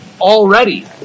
already